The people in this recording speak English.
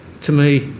to me,